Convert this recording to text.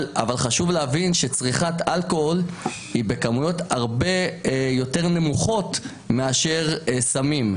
אבל חשוב להבין שצריכת אלכוהול היא בכמויות הרבה יותר נמוכות מאשר סמים.